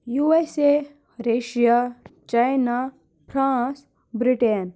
U S A Russia China France Britain